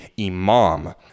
imam